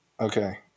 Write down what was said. okay